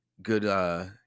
Good